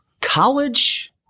college